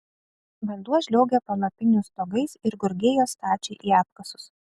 vanduo žliaugė palapinių stogais ir gurgėjo stačiai į apkasus